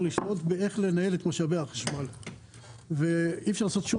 לשלוט איך לנהל את משאבי החשמל ואי אפשר לעשות שום